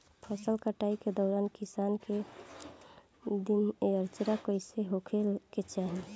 फसल कटाई के दौरान किसान क दिनचर्या कईसन होखे के चाही?